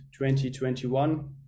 2021